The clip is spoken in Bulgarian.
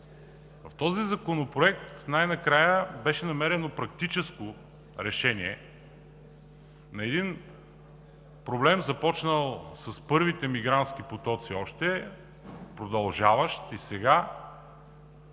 В този законопроект най-накрая беше намерено практическо решение на един проблем, започнал още с първите мигрантски потоци, продължаващ и сега